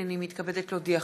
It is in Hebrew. הנני מתכבדת להודיעכם,